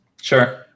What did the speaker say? Sure